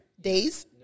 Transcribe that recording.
days